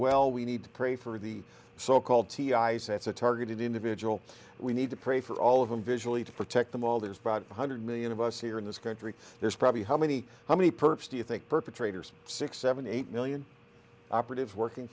well we need to pray for the so called t i s that's a targeted individual we need to pray for all of them visually to protect them all there's a broad one hundred million of us here in this country there's probably how many how many perps do you think perpetrators six seven eight million operatives working